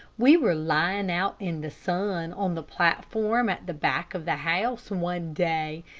we were lying out in the sun, on the platform at the back of the house, one day,